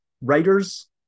writers